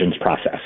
process